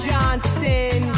Johnson